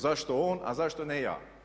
Zašto on a zašto ne ja?